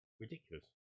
ridiculous